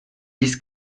dix